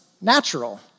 natural